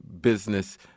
business